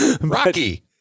Rocky